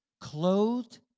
clothed